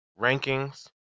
rankings